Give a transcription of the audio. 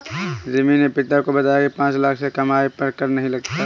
रिमी ने पिता को बताया की पांच लाख से कम आय पर कर नहीं लगता